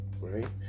right